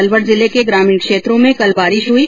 अलवर जिले के ग्रामीण क्षेत्रों में कल बारिश हुई